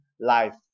life